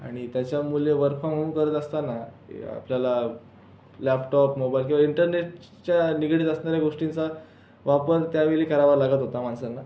आणि त्याच्यामुळे work from home करत असताना आपल्याला लॅपटॉप मोबाइल किंवा इंटरनेटच्या निगडीत असणाऱ्या गोष्टींचा वापर त्यावेळी करावा लागत होता माणसांना